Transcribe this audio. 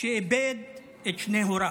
שאיבד את שני הוריו.